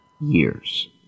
years